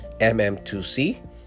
mm2c